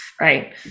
right